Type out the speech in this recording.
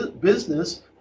business